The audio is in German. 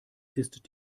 ist